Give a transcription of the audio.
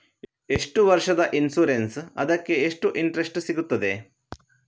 ಎಷ್ಟು ವರ್ಷದ ಇನ್ಸೂರೆನ್ಸ್ ಅದಕ್ಕೆ ಎಷ್ಟು ಇಂಟ್ರೆಸ್ಟ್ ಸಿಗುತ್ತದೆ?